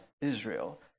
Israel